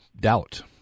doubt